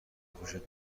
خوشت